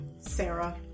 Sarah